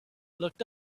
looked